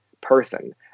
person